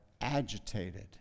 agitated